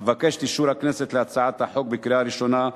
אבקש את אישור הכנסת להצעת החוק בקריאה ראשונה,